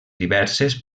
diverses